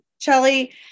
Chelly